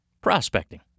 prospecting